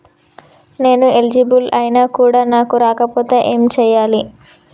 నేను ఎలిజిబుల్ ఐనా కూడా నాకు రాకపోతే ఏం చేయాలి?